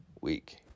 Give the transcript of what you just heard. week